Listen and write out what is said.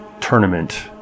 tournament